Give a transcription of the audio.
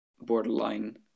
borderline